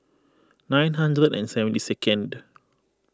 nine hundred and seventy second